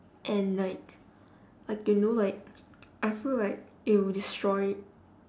and like like you know like I feel like it will destroy